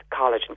Collagen